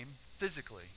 physically